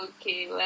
Okay